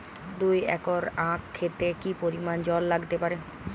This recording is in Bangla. দুই একর আক ক্ষেতে কি পরিমান জল লাগতে পারে?